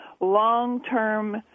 long-term